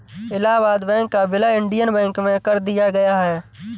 Allahabad bank का विलय Indian bank में कर दिया गया है